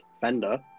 Fender